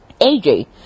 AJ